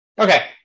Okay